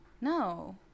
no